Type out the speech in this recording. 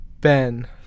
Ben